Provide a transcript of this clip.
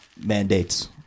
mandates